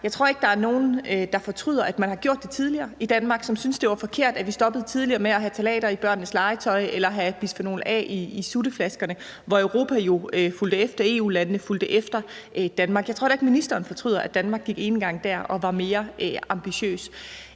Jeg tror ikke, der er nogen, der fortryder, at man har gjort det tidligere i Danmark, og som synes, det var forkert, at vi stoppede tidligere med at have ftalater i børnenes legetøj eller have bisfenol A i sutteflaskerne, og der fulgte Europa jo efter; EU-landene fulgte efter Danmark. Jeg tror heller ikke, ministeren fortryder, at Danmark gik enegang dér og var mere ambitiøs.